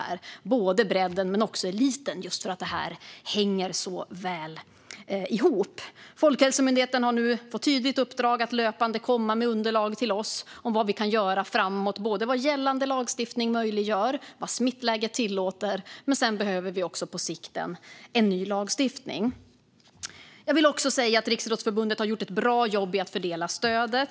Det gäller både bredd och elitidrott, för de hänger nära ihop. Folkhälsomyndigheten har nu fått ett tydligt uppdrag att löpande komma med underlag till oss om vad vi kan göra framöver, både om vad gällande lagstiftning möjliggör och om vad smittläget tillåter. Sedan behöver vi på sikt en ny lagstiftning. Jag vill också säga att Riksidrottsförbundet har gjort ett bra jobb med att fördela stödet.